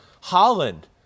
Holland